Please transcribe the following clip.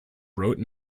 wrote